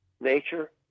nature